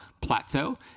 plateau